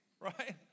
Right